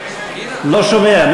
לא שומע.